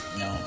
no